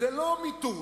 3% זה לא מיתון,